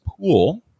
pool